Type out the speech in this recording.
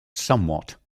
somewhat